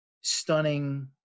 stunning